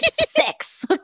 six